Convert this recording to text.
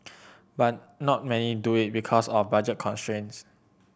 but not many do it because of budget constraints